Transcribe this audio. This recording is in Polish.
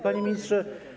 Panie Ministrze!